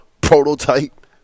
prototype